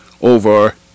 over